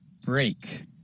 Break